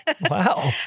Wow